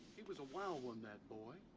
he was a wild one, that boy.